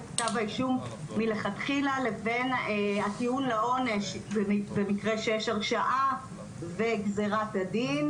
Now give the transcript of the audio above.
כתב האישום מלכתחילה לבין הטיעון לעונש במקרה שיש הרשעה וגזירת הדין.